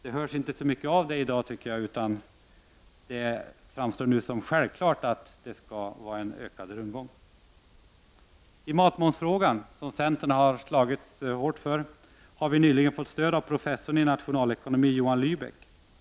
Det hörs inte så mycket om det i dag, tycker jag, utan det framstår nu som självklart att det skall vara en ökad rundgång. I matmomsfrågan har vi nyligen fått stöd av professorn i nationalekonomi Johan Lybeck.